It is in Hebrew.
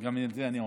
גם על זה אני עונה.